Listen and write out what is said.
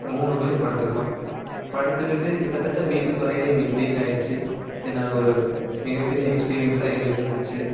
மூணு பேரும் படுத்துக்கிட்டோம் படுத்துக்கிட்டு கிட்டத்தட்ட வீட்டுக்கு வரையிலே மிட் நைட் ஆயிடுச்சு தென் அது ஒரு மிகப்பெரிய எக்ஸ்பீரியன்ஸாக எங்களுக்கு இருந்துச்சு